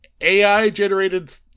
AI-generated